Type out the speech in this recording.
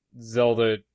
Zelda